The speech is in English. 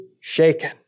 shaken